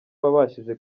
wabashije